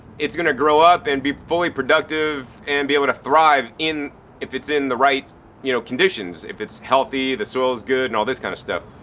it's going to grow up and be fully productive and be able to thrive if it's in the right you know conditions if it's healthy, the soil is good and all this kind of stuff.